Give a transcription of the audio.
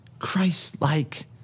Christ-like